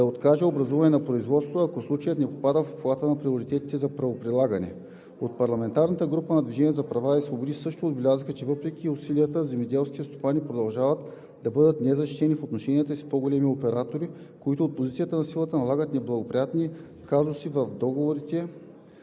да откаже образуването на производство, ако случаят не попада в обхвата на приоритетите за правоприлагане. От парламентарната група на „Движението за права и свободи“ също отбелязаха, че въпреки усилията, земеделските стопани продължават да бъдат незащитени в отношенията си с големите оператори, които от позицията на силата налагат неблагоприятни клаузи в договорите